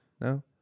No